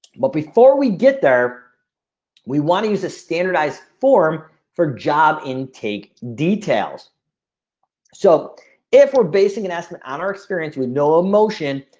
but before we get there we wanna use a standardized form for job intake details so if we're basing an announcement on our experience with no emotion,